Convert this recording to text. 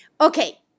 Okay